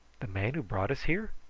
the man who brought us here?